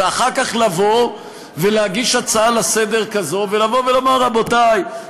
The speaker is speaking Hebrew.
ואחר כך לבוא ולהגיש הצעה כזו לסדר-היום ולבוא ולומר: רבותי,